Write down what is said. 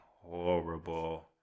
Horrible